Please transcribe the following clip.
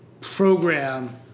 program